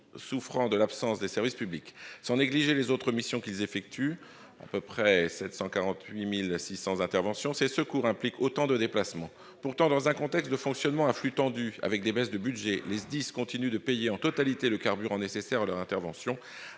souvent de l'absence de tels services. Sans négliger les autres missions qu'ils effectuent- environ 748 600 interventions -, ces secours impliquent autant de déplacements. Pourtant, dans un contexte de fonctionnement à flux tendus avec des baisses de budgets, les SDIS continuent de payer en totalité le carburant nécessaire à leur intervention,